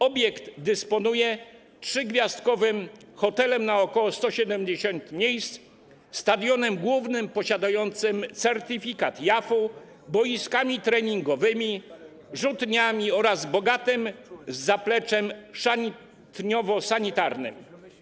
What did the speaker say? Obiekt dysponuje 3-gwiazdkowym hotelem na ok. 170 miejsc, stadionem głównym posiadającym certyfikat IAAF, boiskami treningowymi, rzutniami oraz bogatym zapleczem szatniowo-sanitarnym.